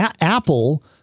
Apple